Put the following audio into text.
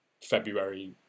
February